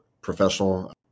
professional